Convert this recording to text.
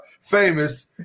famous